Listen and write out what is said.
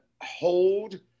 hold